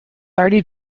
already